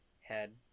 head